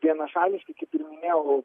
vienašališkai kaip ir minėjau